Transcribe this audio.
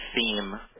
theme